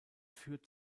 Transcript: führt